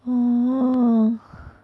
orh